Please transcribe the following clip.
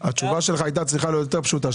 התשובה שלך הייתה צריכה להיות יותר פשוטה,